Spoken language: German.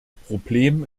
problem